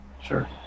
sure